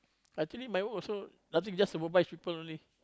actually my work also nothing just supervise people only